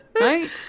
right